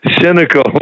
cynical